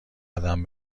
قدم